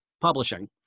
publishing